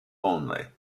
only